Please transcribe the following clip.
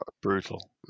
brutal